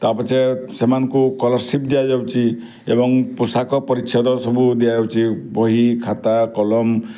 ତା ପଛେ ସେମାନଙ୍କୁ ସ୍କଲାରସିପ୍ ଦିଆଯାଉଛି ଏବଂ ପୋଷାକ ପରିଚ୍ଛଦ ସବୁ ଦିଆଯାଉଛି ବହି ଖାତା କଲମ